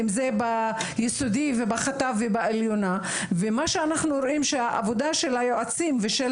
אם זה ביסודי ובחט"ב ובעליונה ומה שאנחנו רואים שהעבודה של היועצים ושל